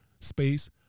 space